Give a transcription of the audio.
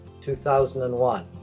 2001